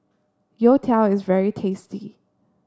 Youtiao is very tasty